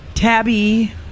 tabby